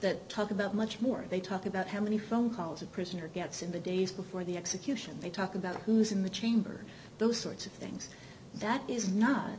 that talk about much more they talk about how many phone calls a prisoner gets in the days before the execution they talk about who's in the chamber those sorts of things that is not